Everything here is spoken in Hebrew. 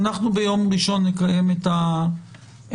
ביום ראשון נקיים את ההצבעה.